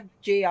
JR